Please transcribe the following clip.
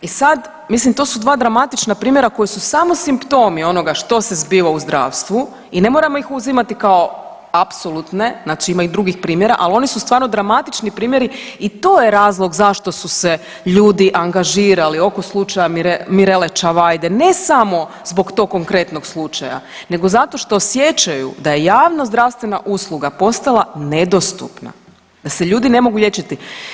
I sad, mislim to su dva dramatična primjera koji su samo simptomi onoga što se zbiva u zdravstvu i ne moramo ih uzimati kao apsolutne, znači ima i drugih primjera, ali oni su stvarno dramatični primjeri i to je razlog zašto su se ljudi angažirali oko slučaja Mirele Čavajde, ne samo zbog tog konkretnog slučaja, nego zato što osjećaju da je javnozdravstvena usluga postala nedostupna, da se ljudi ne mogu liječiti.